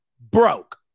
broke